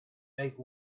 make